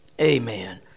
Amen